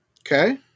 Okay